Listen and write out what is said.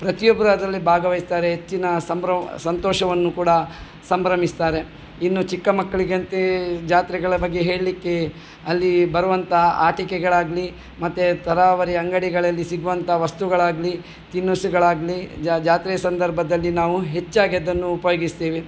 ಪ್ರತಿಯೊಬ್ರು ಅದರಲ್ಲಿ ಭಾಗವಹಿಸ್ತಾರೆ ಹೆಚ್ಚಿನ ಸಂಭ್ರ ಸಂತೋಷವನ್ನು ಕೂಡ ಸಂಭ್ರಮಿಸ್ತಾರೆ ಇನ್ನೂ ಚಿಕ್ಕ ಮಕ್ಕಳಿಗಂತೆ ಜಾತ್ರೆಗಳ ಬಗ್ಗೆ ಹೇಳಲಿಕ್ಕೆ ಅಲ್ಲಿ ಬರುವಂಥ ಆಟಿಕೆಗಳಾಗಲಿ ಮತ್ತೆ ಥರಹೇವರಿ ಅಂಗಡಿಗಳಲ್ಲಿ ಸಿಗುವಂಥ ವಸ್ತುಗಳಾಗಲಿ ತಿನಿಸುಗಳಾಗಲಿ ಜಾತ್ರೆ ಸಂದರ್ಭದಲ್ಲಿ ನಾವು ಹೆಚ್ಚಾಗಿ ಅದನ್ನು ಉಪಯೋಗಿಸ್ತೇವೆ